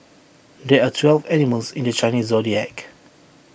there are twelve animals in the Chinese Zodiac